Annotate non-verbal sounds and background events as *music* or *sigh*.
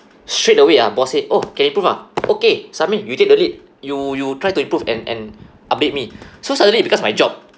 straight away ah boss said oh can improve ah okay samir you take the lead you you try to improve and and update me *breath* so suddenly it becomes my job